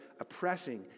oppressing